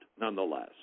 nonetheless